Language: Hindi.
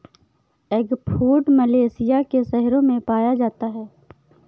एगफ्रूट मलेशिया के शहरों में पाया जाता है